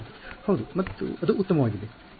ವಿದ್ಯಾರ್ಥಿ ಹೌದು ಮತ್ತು ಅದು ಉತ್ತಮವಾಗಿದೆ